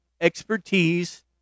expertise